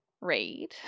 read